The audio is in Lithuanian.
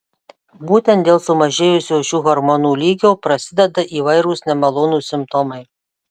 būtent dėl sumažėjusio šių hormonų lygio prasideda įvairūs nemalonūs simptomai